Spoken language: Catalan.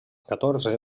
catorze